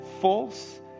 false